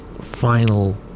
final